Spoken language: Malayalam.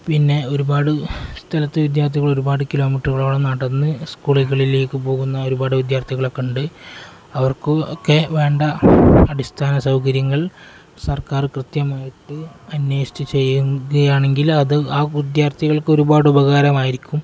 പിന്നെ ഒരുപാട് സ്ഥലത്ത് വിദ്യാർത്ഥികൾ ഒരുപാട് കിലോമീറ്ററുകളോളം നടന്ന് സ്കൂളുകളിലേക്ക് പോകുന്ന ഒരുപാട് വിദ്യാർഥികളൊക്കെയുണ്ട് അവർക്കൊക്കെ വേണ്ട അടിസ്ഥാനസൗകര്യങ്ങൾ സർക്കാർ കൃത്യമായിട്ട് അന്വേഷിച്ച് ചെയ്യുകയാണെങ്കിൽ അത് ആ വിദ്യാർത്ഥികൾക്ക് ഒരുപാട് ഉപകാരമായിരിക്കും